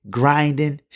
grinding